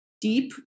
deep